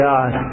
God